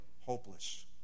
hopeless